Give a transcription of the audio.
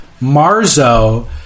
Marzo